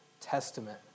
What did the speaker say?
Testament